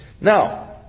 Now